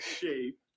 shape